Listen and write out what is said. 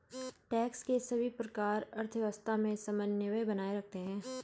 tax के सभी प्रकार अर्थव्यवस्था में समन्वय बनाए रखते हैं